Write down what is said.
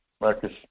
Marcus